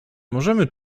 możemy